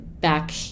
back